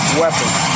weapons